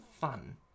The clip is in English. fun